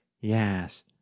yes